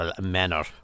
manner